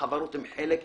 החברות הן חלק,